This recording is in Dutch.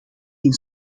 geen